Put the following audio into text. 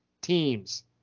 teams